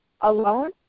alone